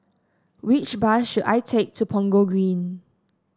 which bus should I take to Punggol Green